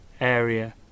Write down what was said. area